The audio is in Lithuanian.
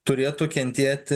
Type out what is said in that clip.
turėtų kentėti